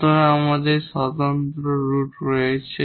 সুতরাং আমাদের distinct root রয়েছে